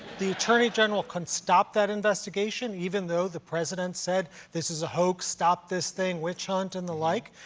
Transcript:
the attorney general can stop that investigation, even though the president said this is a hoax, stop this thing, witch hunt and the like.